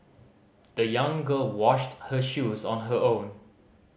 the young girl washed her shoes on her own